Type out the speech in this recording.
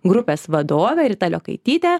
grupės vadovė rita liokaitytė